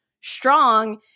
strong